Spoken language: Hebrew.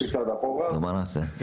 נו, מה נעשה?